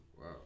Wow